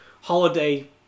holiday